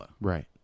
right